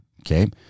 okay